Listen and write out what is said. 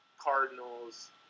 Cardinals